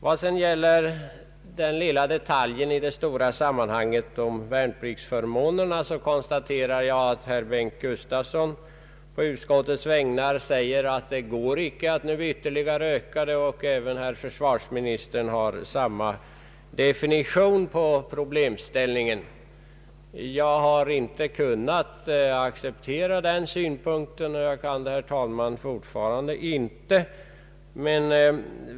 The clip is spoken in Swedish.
Vad sedan gäller den lilla detaljen i det stora sammanhanget konstaterar jag att såväl herr Bengt Gustavsson på utskottets vägnar som försvarsministern har sagt att det inte går att nu ytterligare öka värnpliktsförmånarena. Jag har inte kunnat acceptera det synsättet förut, och jag kan det fortfarande inte.